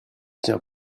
tient